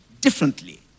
differently